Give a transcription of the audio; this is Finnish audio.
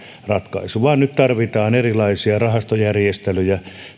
vaan nyt tarvitaan erilaisia rahastojärjestelyjä